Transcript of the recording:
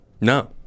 No